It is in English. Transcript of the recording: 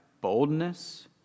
boldness